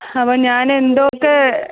അപ്പോൾ ഞാൻ എന്തൊക്കെ